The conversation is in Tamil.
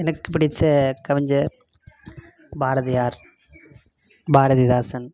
எனக்கு பிடித்த கவிஞர் பாரதியார் பாரதிதாசன்